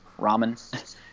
ramen